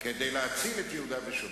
"כדי להציל את יהודה ושומרון",